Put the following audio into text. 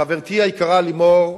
חברתי היקרה לימור,